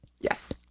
Yes